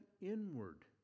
inward